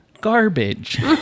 garbage